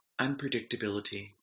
Unpredictability